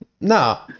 No